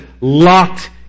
locked